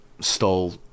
stole